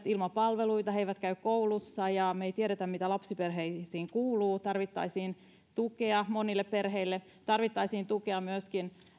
ilman palveluita he eivät käy koulussa ja me emme tiedä mitä lapsiperheille kuuluu tarvittaisiin tukea monille perheille tarvittaisiin tukea myöskin